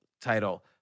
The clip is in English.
title